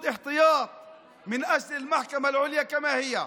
למען בג"ץ כמו שהוא,